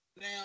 Now